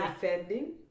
defending